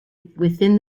within